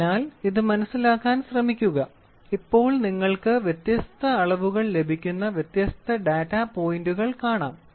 അതിനാൽ ഇതു മനസിലാക്കാൻ ശ്രമിക്കുക ഇപ്പോൾ നിങ്ങൾക്ക് വ്യത്യസ്ത അളവുകൾ ലഭിക്കുന്ന വ്യത്യസ്ത ഡാറ്റ പോയിന്റുകൾ കാണാം